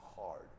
hard